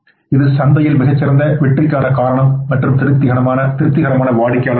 இது சந்தையில் மிகச் சிறந்த வெற்றிக்கான காரணம் மற்றும் திருப்திகரமான வாடிக்கையாளர் தான்